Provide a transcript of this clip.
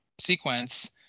Sequence